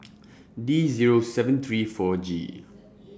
D Zero seven three four G